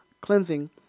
cleansing